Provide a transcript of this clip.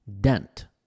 dent